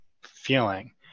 feeling